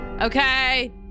okay